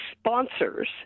sponsors